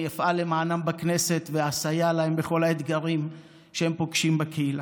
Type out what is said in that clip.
אני אפעל למענן בכנסת ואסייע להן בכל האתגרים שהן פוגשות בקהילה.